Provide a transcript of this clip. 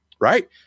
right